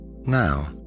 Now